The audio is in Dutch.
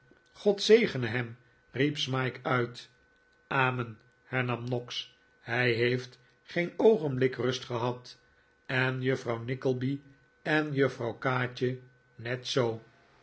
god zegene hem riep smike uit amen hernam noggs jhij heeft geen oogenblik rust gehad en juffrouw nickleby en juffrouw kaatje net zoo